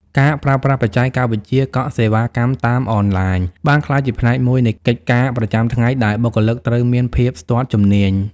ការប្រើប្រាស់បច្ចេកវិទ្យាកក់សេវាកម្មតាមអនឡាញ បានក្លាយជាផ្នែកមួយនៃកិច្ចការប្រចាំថ្ងៃដែលបុគ្គលិកត្រូវមានភាពស្ទាត់ជំនាញ។